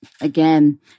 again